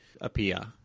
appear